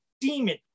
demon